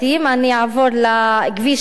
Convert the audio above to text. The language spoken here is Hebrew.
אני אעבור לכביש עילוט,